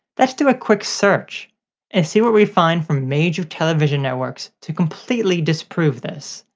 let's do a quick search and see what we find from major television networks to completely disprove this.